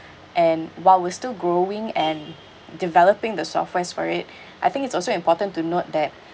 and while we're still growing and developing the software for it I think it's also important to note that